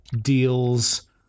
deals